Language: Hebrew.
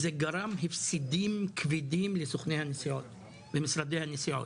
וזה גרם הפסדים כבדים לסוכני הנסיעות במשרדי הנסיעות.